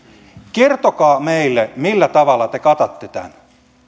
kertokaa meille millä tavalla te katatte tämän